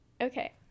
Okay